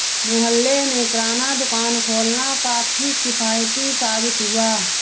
मोहल्ले में किराना दुकान खोलना काफी किफ़ायती साबित हुआ